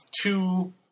two